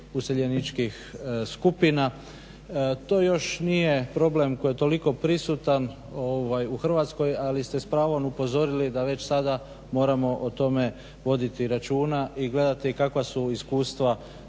useljeničkih skupina. To još nije problem koji je toliko prisutan u Hrvatskoj ali ste s pravom upozorili da već sada moramo o tome voditi računa i gledati kakva su iskustva